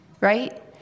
right